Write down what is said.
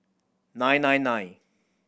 nine nine nine